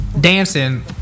dancing